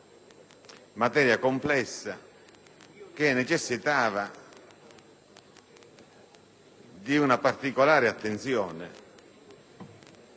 materia complessa che necessitava di una particolare attenzione,